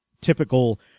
typical